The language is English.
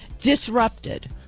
Disrupted